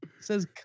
says